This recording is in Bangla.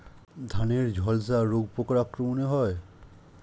ধানের ঝলসা রোগ পোকার আক্রমণে হয়?